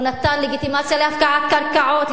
הוא נתן לגיטימציה להפקעת קרקעות,